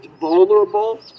vulnerable